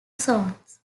zones